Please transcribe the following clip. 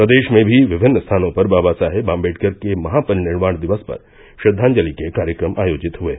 प्रदेष में भी विभिन्न स्थानों पर बाबा साहेब आम्बेडकर के महापरिनिर्वाण दिवस पर श्रद्धांजलि के कार्यक्रम आयोजित हुये